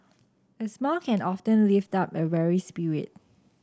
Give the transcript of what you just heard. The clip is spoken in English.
a smile can often lift up a weary spirit